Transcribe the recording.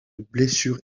blessures